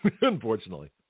unfortunately